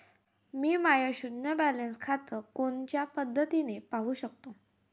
मी माय शुन्य बॅलन्स खातं कोनच्या पद्धतीनं पाहू शकतो?